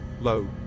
low